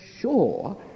sure